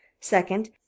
Second